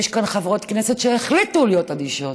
כי יש כאן חברות כנסת שהחליטו להיות אדישות.